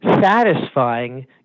satisfying